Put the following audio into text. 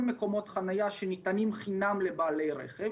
מקומות חניה שניתנים חינם לבעלי רכב,